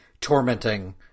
tormenting